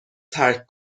ترک